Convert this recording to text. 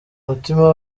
mutima